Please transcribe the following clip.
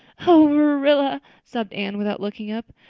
oh, marilla, sobbed anne, without looking up,